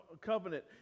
Covenant